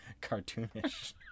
cartoonish